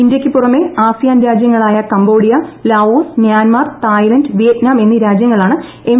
ഇന്ത്യയ്ക്ക് പുറമെ ആസിയാൻ രാജ്യങ്ങളായ Cambodia Laos Myanmar Thailand Vietnam എന്നീ രാജ്യങ്ങളാണ് എം